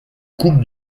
coupe